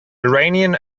iranian